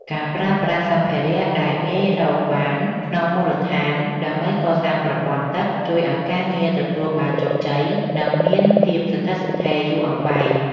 ការប្រើប្រាស់សម្ភារៈដែលងាយរកបានក្នុងមូលដ្ឋានដើម្បីកសាងប្រព័ន្ធទឹកជួយឱ្យការងារទទួលបានជោគជ័យ និងមានភាពស្ថិតស្ថេរយូរអង្វែង។